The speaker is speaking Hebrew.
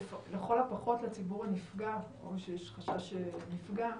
לכל הפחות לציבור הנפגע או שיש חשש שנפגע,